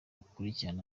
ukurikire